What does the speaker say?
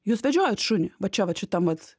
jūs vedžiojat šunį va čia vat šitam vat